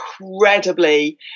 incredibly